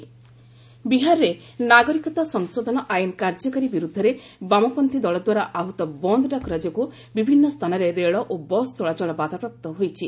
ବିହାର ବିହାରରେ ନାଗରିକତା ସଂଶୋଧନ ଆଇନ୍ କାର୍ଯ୍ୟକାରୀ ବିରୁଦ୍ଧରେ ବାମପନ୍ତ୍ରୀ ଦଳ ଦ୍ୱାରା ଆହତ ବନ୍ଦ ଡାକରା ଯୋଗୁଁ ବିଭିନ୍ନ ସ୍ଥାନରେ ରେଳ ଓ ବସ୍ ଚଳାଚଳ ବାଧାପ୍ରାପ୍ତ ହୋଇଛି